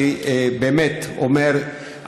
אני באמת אומר,